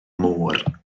môr